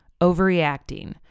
Overreacting